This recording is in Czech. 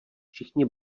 všichni